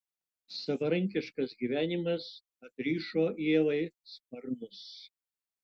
savarankiškas gyvenimas atrišo ievai sparnus